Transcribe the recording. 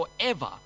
forever